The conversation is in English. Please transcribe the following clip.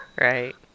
Right